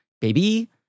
Baby